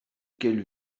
quelle